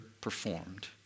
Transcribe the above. performed